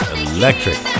electric